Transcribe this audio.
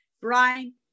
Brian